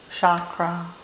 chakra